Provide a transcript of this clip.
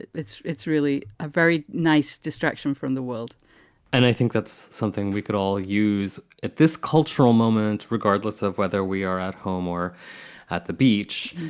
it's it's really a very nice distraction from the world and i think that's something we could all use at this cultural moment, regardless of whether we are at home or at the beach.